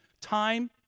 time